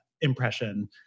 impression